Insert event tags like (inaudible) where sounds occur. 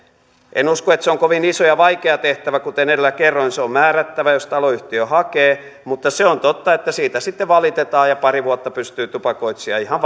en usko että se on kovin iso ja vaikea tehtävä kuten edellä kerroin se on määrättävä jos taloyhtiö sitä hakee mutta se on totta että siitä sitten valitetaan ja pari vuotta pystyy tupakoitsija ihan (unintelligible)